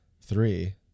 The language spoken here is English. three